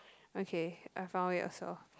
okay I found it I saw